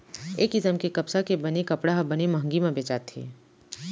ए किसम के कपसा के बने कपड़ा ह बने मंहगी म बेचाथे